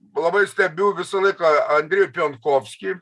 labai stebiu visą laiką andrejų pionkofskį